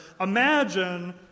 Imagine